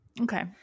Okay